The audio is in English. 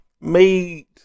made